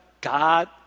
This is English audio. God